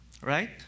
Right